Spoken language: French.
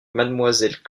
mademoiselle